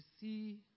see